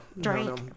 Drink